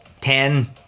ten